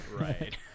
Right